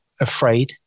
afraid